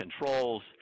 controls